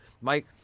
Mike